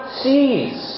sees